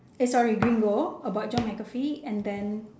eh sorry gringo about john McAfee and then